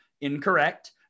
Incorrect